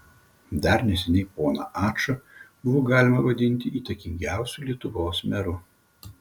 dar neseniai poną ačą buvo galima vadinti įtakingiausiu lietuvos meru